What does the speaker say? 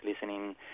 listening